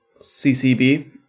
CCB